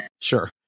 Sure